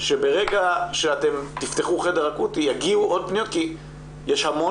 שברגע שאתם תפתחו חדר אקוטי יגיעו עוד פניות כי יש המון